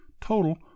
total